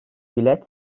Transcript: bilet